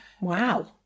Wow